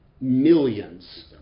millions